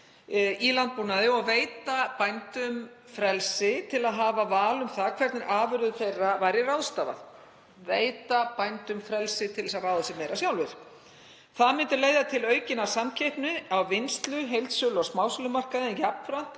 í landbúnaði og veita bændum frelsi til að hafa val um hvernig afurðum þeirra væri ráðstafað, veita bændum frelsi til að ráða sér meira sjálfir. Það myndi leiða til aukinnar samkeppni á vinnslu-, heildsölu- og smásölumarkaði en jafnframt